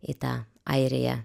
į tą airiją